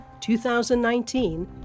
2019